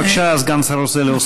בבקשה, סגן השר רוצה להוסיף?